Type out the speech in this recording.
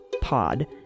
pod